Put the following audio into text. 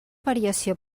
variació